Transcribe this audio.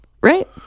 Right